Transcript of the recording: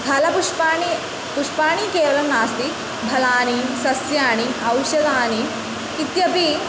फलपुष्पाणि पुष्पाणि केवलं नास्ति फलानि सस्यानि औषधानि इत्यपि